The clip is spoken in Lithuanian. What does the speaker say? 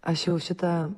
aš jau šitą